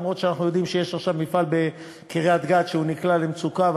אף שאנחנו יודעים שיש עכשיו מפעל בקריית-גת שנקלע למצוקה,